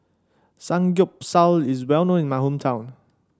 samgyeopsal is well known in my hometown